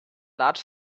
large